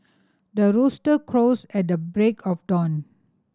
the rooster crows at the break of dawn